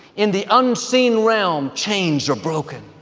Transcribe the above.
in the unseen realm chains are broken,